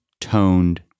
toned